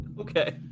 Okay